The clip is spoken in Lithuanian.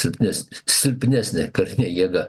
silpnes silpnesnė karinė jėga